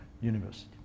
University